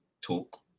talk